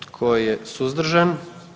Tko je suzdržan?